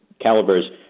calibers